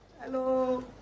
hello